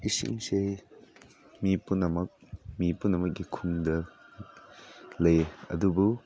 ꯏꯁꯤꯡꯁꯦ ꯃꯤ ꯄꯨꯝꯅꯃꯛ ꯃꯤ ꯄꯨꯝꯅꯃꯛꯀꯤ ꯈꯨꯟꯗ ꯂꯩ ꯑꯗꯨꯕꯨ